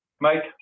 Mike